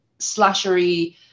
slashery